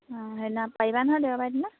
অঁ সেইদিনা পাৰিবা নহয় দেওবাৰ দিনা